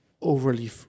overly